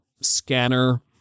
scanner